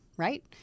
Right